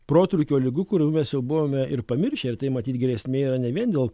protrūkio ligų kurių mes jau buvome ir pamiršę ir tai matyt grėsmė yra ne vien dėl